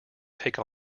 take